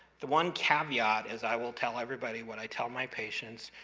the one caveat is, i will tell everybody what i tell my patients,